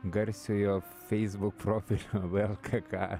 garsiojo facebook profilio vlkk